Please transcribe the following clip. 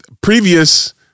previous